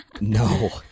No